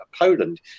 Poland